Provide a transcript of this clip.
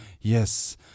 yes